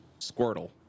Squirtle